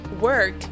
work